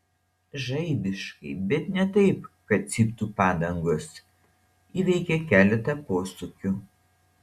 žaibiškai bet ne taip kad cyptų padangos įveikė keletą posūkių